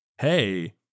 Hey